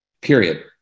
period